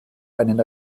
einen